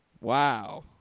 Wow